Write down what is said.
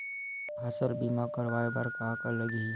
फसल बीमा करवाय बर का का लगही?